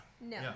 No